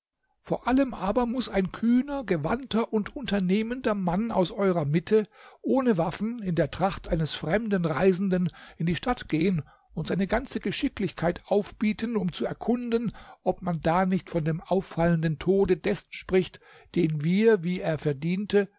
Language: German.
vor allem aber muß ein kühner gewandter und unternehmender mann aus eurer mitte ohne waffen in der tracht eines fremden reisenden in die stadt gehen und seine ganze geschicklichkeit aufbieten um zu erkunden ob man da nicht von dem auffallenden tode dessen spricht den wir wie er verdiente